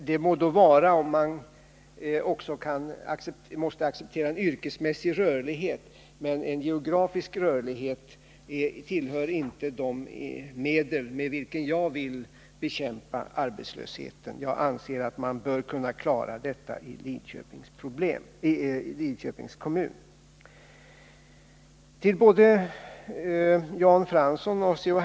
Det må då vara om man måste acceptera en yrkesmässig rörlighet, men en geografisk rörlighet tillhör inte de medel med vilka jag vill bekämpa arbetslösheten. Jag anser att man bör kunna klara det i Lidköpings kommun. Till både Jan Fransson och C.-H.